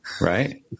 right